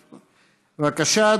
בבקשה,